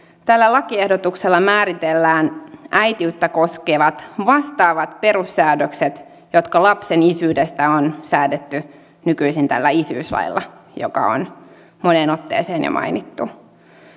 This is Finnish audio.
tällä lakiehdotuksella määritellään äitiyttä koskevat vastaavat perussäädökset jotka lapsen isyydestä on säädetty nykyisin tällä isyyslailla joka on moneen otteeseen jo mainittu